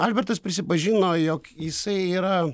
albertas prisipažino jog jisai yra